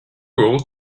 old